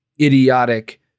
idiotic